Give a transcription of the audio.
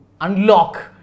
unlock